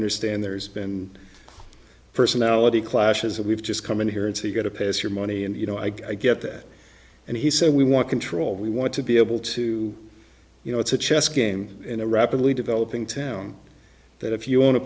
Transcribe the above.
understand there's been personality clashes we've just come in here and so you get up as your money and you know i get that and he said we want control we want to be able to you know it's a chess game in a rapidly developing town that if you own a